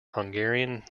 hungarian